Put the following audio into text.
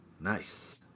Nice